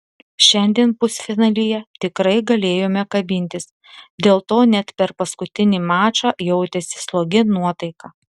šiandien pusfinalyje tikrai galėjome kabintis dėl to net per paskutinį mačą jautėsi slogi nuotaika